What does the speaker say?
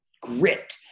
grit